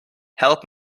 help